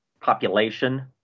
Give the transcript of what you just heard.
population